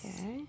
Okay